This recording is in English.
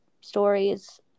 stories